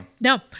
No